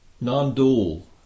non-dual